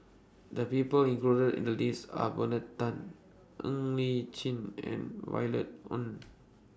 The People included in The list Are Bernard Tan Ng Li Chin and Violet Oon